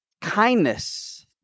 Kindness